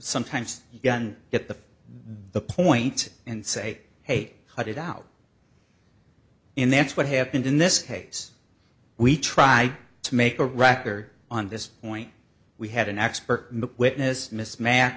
sometimes you get the the point and say hey cut it out in that's what happened in this case we try to make a record on this point we had an expert witness mismatch